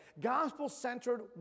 Gospel-centered